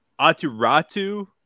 Aturatu